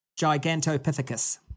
gigantopithecus